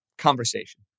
conversation